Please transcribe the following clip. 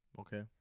Okay